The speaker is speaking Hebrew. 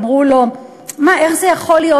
אמרו לו: מה, איך זה יכול להיות?